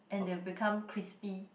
and they will become crispy